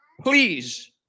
please